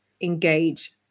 engage